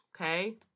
Okay